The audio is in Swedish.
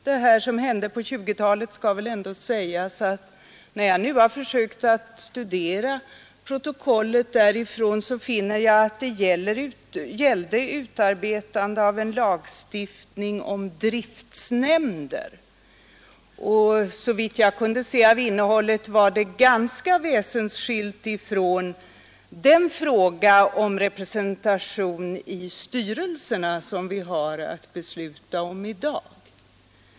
Sedan jag nu studerat protokollen från 1920-talet har jag dock funnit att det då gällde utarbetande av lagstiftning om driftnämnder. Såvitt jag kunde se var detta ganska väsensskilt från den fråga om representation i styrelserna som vi har att besluta om i dag.